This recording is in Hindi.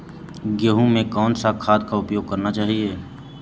गेहूँ में कौन सा खाद का उपयोग करना चाहिए?